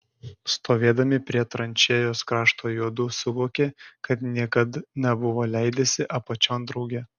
stovėdami prie tranšėjos krašto juodu suvokė kad niekad nebuvo leidęsi apačion drauge